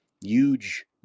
huge